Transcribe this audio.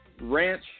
Ranch